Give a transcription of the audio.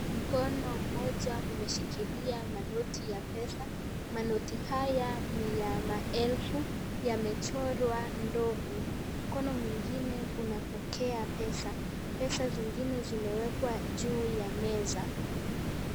Mkono mmoja imeshikilia manoti ya pesa. Manoti haya ni ya maelfu yamechorwa ndovu mkono mwingine unapokea pesa pesa zingine zimewekwa juu ya meza.